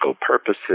purposes